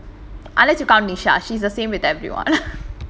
unless you count nisha she's the same with everyone